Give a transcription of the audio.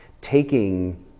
taking